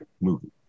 movie